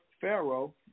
Pharaoh